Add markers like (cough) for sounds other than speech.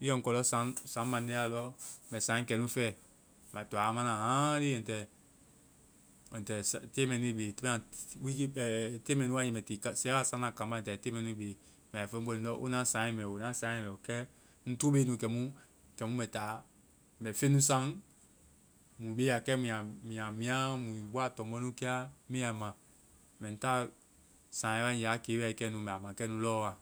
I yɛ kɔ lɔ saaŋ. Saaŋ mande a lɔ. Mɛ saaŋɛ kɛnu fɛ. Ai to a wa ma na haaŋli ai ta ai s- te mɛ nu i be. (unintelligible) Te mɛ nu wae, mɛ ti na sɛ wa saana kaamba a ai ta te mɛ nui be. Mɛ a fɔ wo ye, ndɔ o na saaŋɛ mɛ o, na saaŋɛ mɛ o. Kɛ ŋ to be nu kɛmu-kɛmu mɛ ta mɛ feŋ nu saan. Mui be ya kɛ, mui feŋ nu mia, mui bɔa tɔmbɔ nu kɛa. Me ya ma. Ŋ ta saaŋɛ wae nge a ke wae kɛnu, mɛ a ma kɛnu wa.